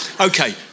Okay